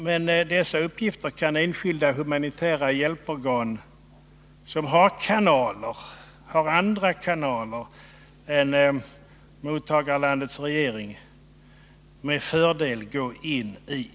Men dessa uppgifter kan enskilda humanitära hjälporgan — som har andra kanaler än mottagarlandets regering — med fördel gå in i.